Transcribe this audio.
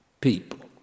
people